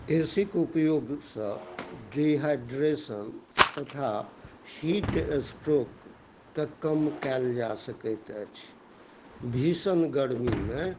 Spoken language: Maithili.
ए सी के उपयोगसँ डिहाइड्रेशन तथा हीट स्ट्रोकके कम कयल जा सकैत अछि भीषण गरमीमे